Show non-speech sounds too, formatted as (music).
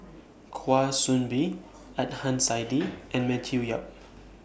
Kwa Soon Bee Adnan Saidi (noise) and Matthew Yap